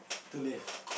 to live